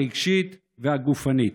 הרגשית והגופנית.